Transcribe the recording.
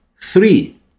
three